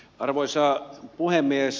arvoisa puhemies